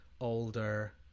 older